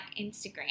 Instagram